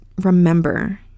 remember